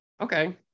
Okay